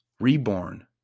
Reborn